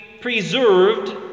preserved